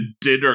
dinner